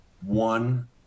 one